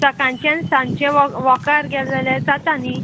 सकाणचें आनी सांचें वॉ व्होकार गेलें जाल्यार जाता न्ही